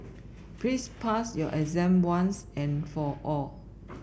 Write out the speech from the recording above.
please pass your exam once and for all